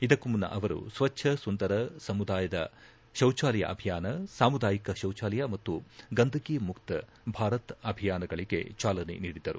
ಇದಕ್ಕೂ ಮುನ್ನ ಅವರು ಸ್ವಚ್ನ ಸುಂದರ ಸಮುದಾಯಕ ಶೌಚಾಲಯ ಅಭಿಯಾನ ಸಮುದಾಯಿಕ ಶೌಚಾಲಯ ಮತ್ತು ಗಂದಗೀ ಮುಕ್ತ್ ಭಾರತ್ ಅಭಿಯಾನಗಳಗೆ ಚಾಲನೆ ನೀಡಿದ್ದರು